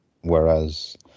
Whereas